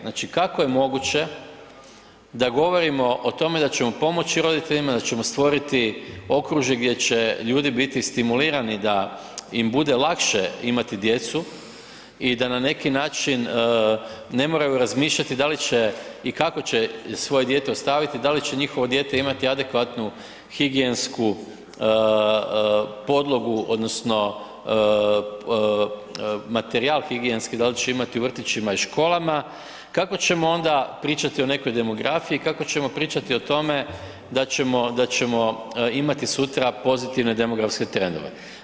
Znači, kako je moguće da govorimo o tome da ćemo pomoći roditeljima, da ćemo stvoriti okružje gdje će ljudi biti stimulirani da im bude lakše imati djecu i da na neki način ne moraju razmišljati da li će i kako će svoje dijete ostaviti, da li će njihovo dijete imati adekvatnu higijensku podlogu odnosno materijal higijenski dal će imat u vrtićima i školama, kako ćemo onda pričati o nekoj demografiji, kako ćemo pričati o tome da ćemo, da ćemo imati sutra pozitivne demografske trendove?